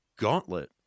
Gauntlet